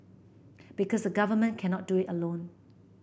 because the government cannot do it alone